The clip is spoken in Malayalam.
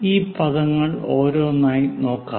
ഈ പദങ്ങൾ ഓരോന്നായി നോക്കാം